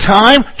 time